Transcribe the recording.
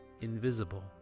invisible